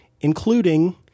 including